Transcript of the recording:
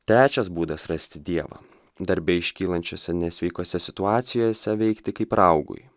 trečias būdas rasti dievą darbe iškylančiuose nesveikose situacijose veikti kaip raugui